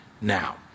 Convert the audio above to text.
now